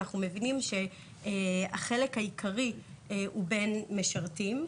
אנחנו מבינים שהחלק העיקרי הוא בין משרתים.